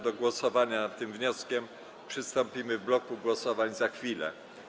Do głosowania nad tym wnioskiem przystąpimy w bloku głosowań za chwilę.